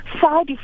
side